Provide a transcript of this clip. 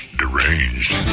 deranged